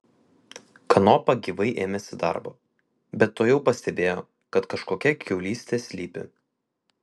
kanopa gyvai ėmėsi darbo bet tuojau pastebėjo kad kažkokia kiaulystė slypi